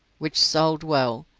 which sold well,